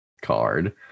card